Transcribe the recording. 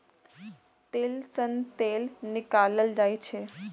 तिल सं तेल निकालल जाइ छै